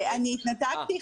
אני התנתקתי.